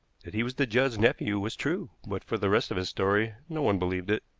that he was the judds' nephew was true, but for the rest of his story, no one believed it.